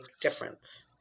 difference